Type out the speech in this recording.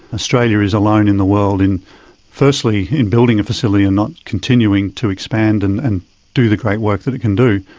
australia is alone in the world firstly in building a facility and not continuing to expand and and do the great work that it can do,